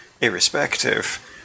irrespective